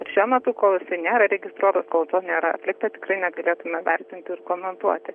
ir šiuo metu kol nėra registruoto kol to nėra atlikta tikrai negalėtumėme vertinti ir komentuoti